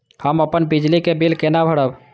हम अपन बिजली के बिल केना भरब?